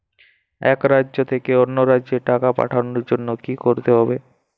এক রাজ্য থেকে অন্য রাজ্যে টাকা পাঠানোর জন্য কী করতে হবে?